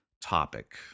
topic